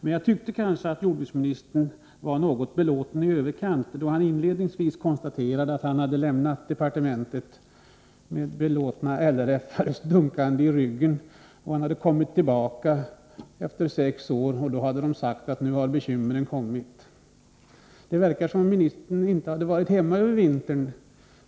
Jag tyckte kanske att jordbruksministern var belåten i överkant när han inledningsvis konstaterade att nöjda LRF-are hade dunkat honom i ryggen under hans förra period i departementet, men att de, när han efter sex år kom tillbaka, hade sagt att bekymren fanns där. Det verkar som om jordbruksministern inte hade varit hemma under vintern.